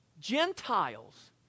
Gentiles